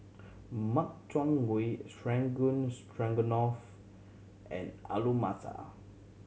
Makchang Gui Strogan Stroganoff and Alu Matar